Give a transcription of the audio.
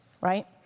Right